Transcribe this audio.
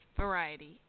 variety